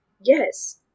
Yes